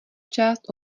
část